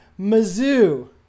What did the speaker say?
Mizzou